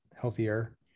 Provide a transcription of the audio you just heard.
healthier